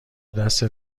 دست